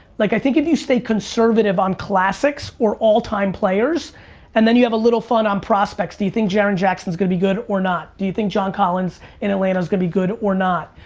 like i think if you stay conservative on classics or all time players and then you have a little fun on prospects, do you think jaren jackson's gonna be good or not? do you think john collins in atlanta's gonna be good or not?